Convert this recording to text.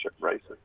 races